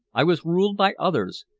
i was ruled by others.